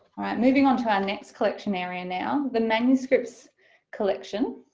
moving on to our next collection area now, the manuscripts collection.